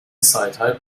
سایتهای